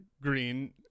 green